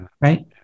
right